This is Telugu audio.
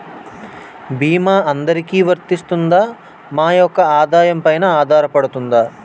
భీమా అందరికీ వరిస్తుందా? మా యెక్క ఆదాయం పెన ఆధారపడుతుందా?